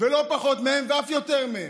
לא פחות מהם ואף יותר מהם.